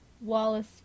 Wallace